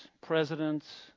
presidents